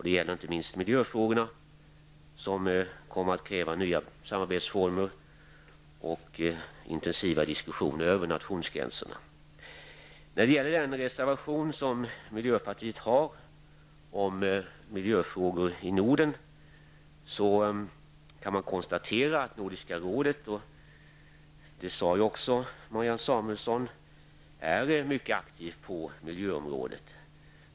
Det gäller inte minst miljöfrågorna som kommer att kräva nya samarbetsformer och intensiva diskussioner över nationsgränserna. När det gäller den reservation som miljöpartiet har om miljöfrågor i Norden kan man konstatera att Nordiska rådet är mycket aktivt på miljöområdet. Det sade också Marianne Samuelsson.